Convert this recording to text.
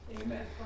Amen